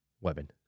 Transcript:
weapon